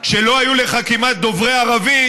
צריכה לעבור בדיאלוג עם הנהגת הציבור הערבי.